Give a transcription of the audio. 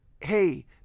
Hey